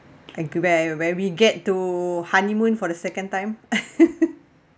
and quebec where we get to honeymoon for the second time